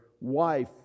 wife